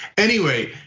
anyway,